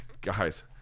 Guys